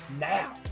now